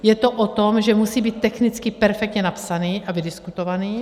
Je to o tom, že musí být technicky perfektně napsaný a vydiskutovaný.